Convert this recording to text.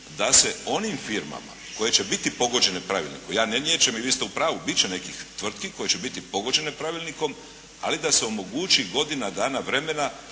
da se onim firmama koje će biti pogođene pravilnikom, ja ne niječem i vi ste u pravu, bit će nekih tvrtki koje će biti pogođene pravilnikom, ali da se omogući godina dana vremena